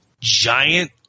giant